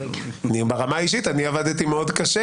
ברמה האישית, אני עבדתי מאוד קשה